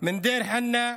מדיר חנא,